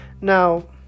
now